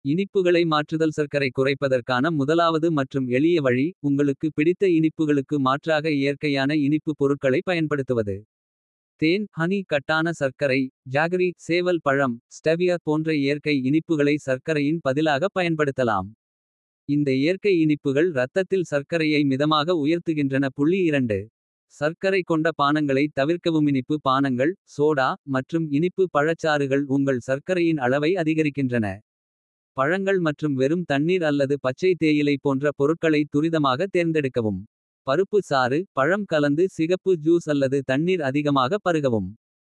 இனிப்புகளை மாற்றுதல் சர்க்கரைக் குறைப்பதற்கான. முதலாவது மற்றும் எளிய வழி உங்களுக்கு பிடித்த. இனிப்புகளுக்கு மாற்றாக இயற்கையான இனிப்பு. பொருட்களைப் பயன்படுத்துவது. தேன் கட்டான சர்க்கரை சேவல் பழம் போன்ற. இயற்கை இனிப்புகளை சர்க்கரையின் பதிலாகப். பயன்படுத்தலாம் இந்த இயற்கை இனிப்புகள். ரத்தத்தில் சர்க்கரையை மிதமாக உயர்த்துகின்றன. சர்க்கரைக் கொண்ட பானங்களை தவிர்க்கவும். இனிப்பு பானங்கள் சோடா மற்றும் இனிப்பு பழச். சாறுகள் உங்கள் சர்க்கரையின் அளவை அதிகரிக்கின்றன. பழங்கள் மற்றும் வெறும் தண்ணீர் அல்லது பச்சை தேயிலை. போன்ற பொருட்களை துரிதமாக தேர்ந்தெடுக்கவும். பருப்பு சாறு பழம் கலந்து சிகப்பு ஜூஸ் அல்லது. தண்ணீர் அதிகமாக பருகவும்.